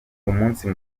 umunsi